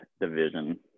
Division